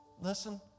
Listen